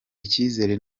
icyizere